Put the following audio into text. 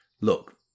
Look